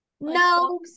no